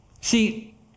see